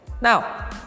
Now